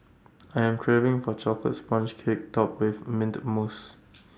I am craving for A Chocolate Sponge Cake Topped with Mint Mousse